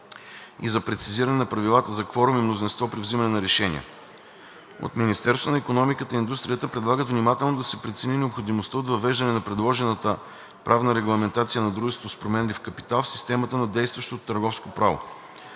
и за прецизиране на правилата за кворум и мнозинство при приемане на решения. От Министерството на икономиката и индустрията предлагат внимателно да се прецени необходимостта от въвеждане на предложената правна регламентация на дружество с променлив капитал в системата на действащото търговско право.